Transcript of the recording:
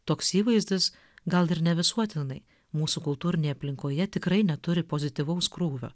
toks įvaizdis gal ir ne visuotinai mūsų kultūrinėj aplinkoje tikrai neturi pozityvaus krūvio